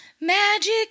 magic